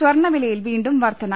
സ്വർണവിലയിൽ വീണ്ടും വർധന